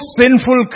sinful